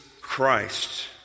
Christ